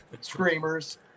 screamers